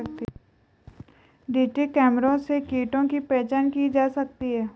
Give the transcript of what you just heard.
digital camera से कीटों की पहचान की जा सकती है